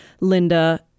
Linda